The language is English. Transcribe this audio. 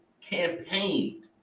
campaigned